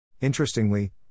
Interestingly